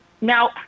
now